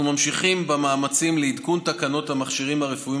אנחנו ממשיכים במאמצים לעדכון תקנות המכשירים הרפואיים